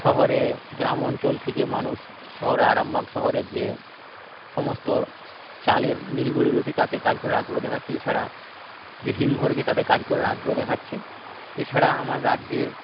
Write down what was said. শহরে গ্রাম অঞ্চল থেকে মানুষ শহরে আরামবাগ শহরের যে সমস্ত চালের মিলগুলি রয়েছে তাতে কাজ করার আগ্রহ দেখাচ্ছে এছাড়া যে হিমঘরে যেয়ে তাতে কাজ করার আগ্রহ দেখাচ্ছে এছাড়া আমার রাজ্যের